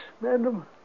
madam